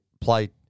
play